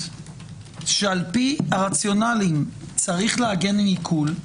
שעל פי הרציונליים צריך להגן מעיקול,